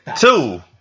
Two